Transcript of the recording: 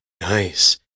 Nice